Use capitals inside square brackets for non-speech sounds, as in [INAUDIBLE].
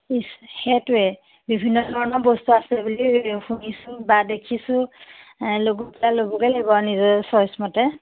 সেইটোৱে বিভিন্ন ধৰণৰ বস্তু আছে বুলি শুনিছোঁ বা দেখিছোঁ [UNINTELLIGIBLE] ল'বগে লাগিব আৰু নিজৰ ছইচমতে